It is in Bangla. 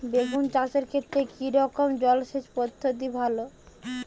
বেগুন চাষের ক্ষেত্রে কি রকমের জলসেচ পদ্ধতি ভালো হয়?